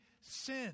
sin